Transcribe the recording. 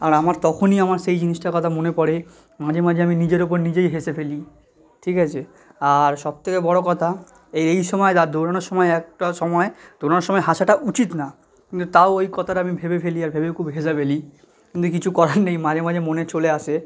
আর আমার তখনই আমার সেই জিনিসটার কথা মনে পড়ে মাঝে মাঝে আমি নিজের ওপর নিজেই হেসে ফেলি ঠিক আছে আর সব থেকে বড়ো কথা এই এই সময় আর দৌড়ানোর সময় একটা সময় দৌড়ানোর সময় হাসাটা উচিত না তাও ওই কতাটা আমি ভেবে ফেলি আর ভেবে খুব হেসে ফেলি কিন্তু কিছু করার নেই মাঝে মাঝে মনে চলে আসে